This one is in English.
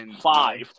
Five